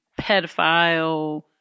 pedophile